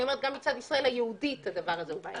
אני אומרת שגם מצד ישראל היהודית הדבר הזה הוא בעייתי.